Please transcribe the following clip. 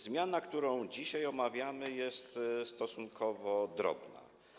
Zmiana, którą dzisiaj omawiamy, jest stosunkowo drobna.